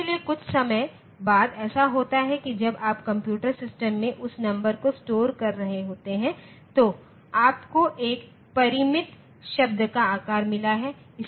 इसलिए कुछ समय बाद ऐसा होता है कि जब आप कंप्यूटर सिस्टम में उस नंबर को स्टोर कर रहे होते हैं तो आपको एक परिमित शब्द का आकार मिला है